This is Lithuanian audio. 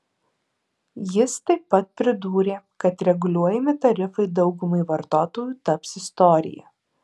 jis taip pat pridūrė kad reguliuojami tarifai daugumai vartotojų taps istorija